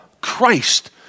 Christ